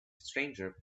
stranger